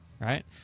Right